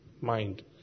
mind